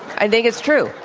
i think it's true.